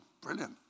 brilliant